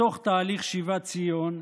בתוך תהליך שיבת ציון,